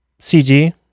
CG